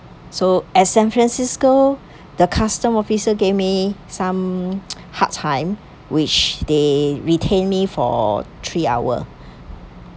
so at san francisco the customs officer gave me some hard time which they retained me for three hour